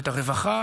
ואת הרווחה,